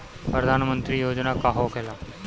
प्रधानमंत्री योजना का होखेला?